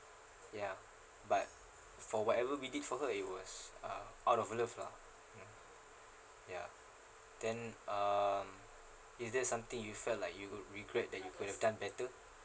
ya but for whatever we did for her it was uh out of love lah ya then um is there something you felt like you would regret that you could have done better